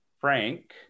Frank